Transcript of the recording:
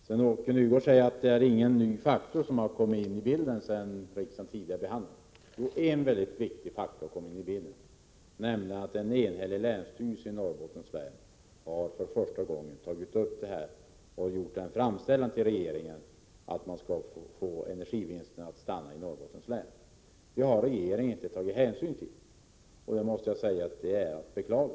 Sven-Åke Nygårds säger att inga nya faktorer har kommit in i bilden sedan riksdagens tidigare behandling av frågan. Jo, en mycket viktig faktor har tillkommit, nämligen den att en enhällig länsstyrelse i Norrbottens län för första gången har tagit upp frågan och gjort en framställan till regeringen om Prot. 1987/88:131 att energivinsterna skulle få stanna i Norrbottens län. Detta har regeringen 1 juni 1988 inte tagit hänsyn till. Det är att beklaga.